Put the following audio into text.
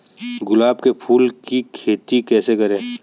गुलाब के फूल की खेती कैसे करें?